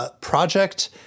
Project